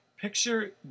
picture